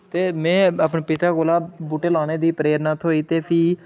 ते मैं अपने पिता कोला बूह्टे लाने दी प्रेरना थ्होई ते फ्ही